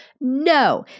No